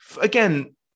again